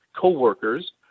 coworkers